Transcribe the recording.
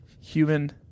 human